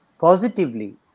positively